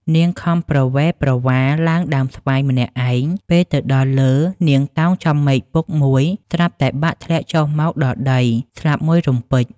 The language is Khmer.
នាងខំប្រវេប្រវាឡើងដើមស្វាយម្នាក់ឯង ពេលទៅដល់លើនាងតោងចំមែកពុកមួយ ស្រាប់តែបាក់ធ្លាក់ចុះមកដល់ដី ស្លាប់មួយរំពេច។